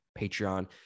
Patreon